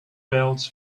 belts